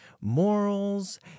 morals